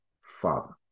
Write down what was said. father